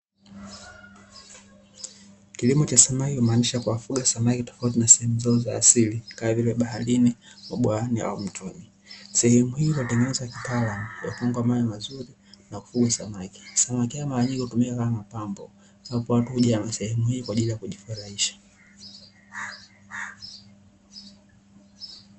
Kilimo cha samaki humaanisha kuwafuga samaki tofauti na sehemu zao za asili kama vile baharini, mabwani au mtoni. Sehemu hii iliyotengenezwa kitaalamu ya kupanga mawe mazuri na kufugwa samaki. Samaki hawa mara nyingi hutumika kama mapambo na hapa watu huja sehemu hii kwa ajili ya kujifurahisha.